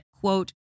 quote